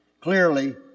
Clearly